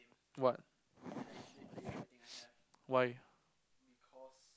what why